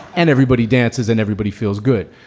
and everybody dances and everybody feels good.